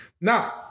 Now